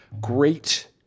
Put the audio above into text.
great